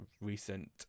recent